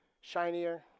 shinier